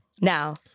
Now